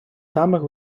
самих